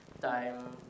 time